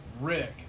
Rick